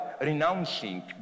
renouncing